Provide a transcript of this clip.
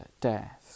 death